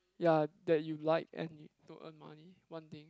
ya that you like and you don't earn money one thing